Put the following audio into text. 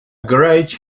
great